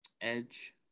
edge